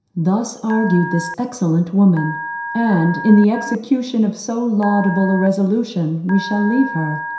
thus argued this excellent woman and in the execution of so laudable a resolution we shall leave her,